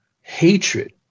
hatred